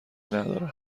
ندارم